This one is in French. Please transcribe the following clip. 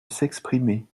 s’exprimer